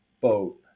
boat